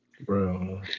Bro